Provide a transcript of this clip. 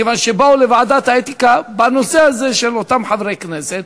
כיוון שבאו לוועדת האתיקה בנושא הזה של אותם חברי כנסת,